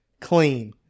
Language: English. clean